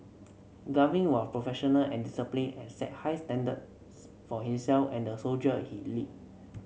Gavin was professional and disciplined and set high standard for himself and the soldier he led